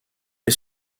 est